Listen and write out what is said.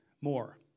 more